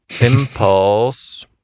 Impulse